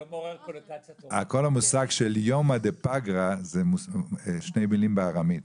כל המושג של יומי דפגרא זה שתי מילים בארמית,